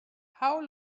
how